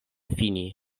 fini